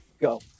Go